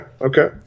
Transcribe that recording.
okay